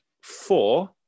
four